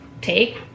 take